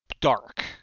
dark